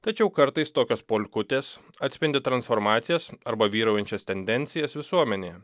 tačiau kartais tokios polkutės atspindi transformacijas arba vyraujančias tendencijas visuomenėje